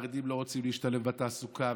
שהחרדים לא רוצים להשתלב בתעסוקה,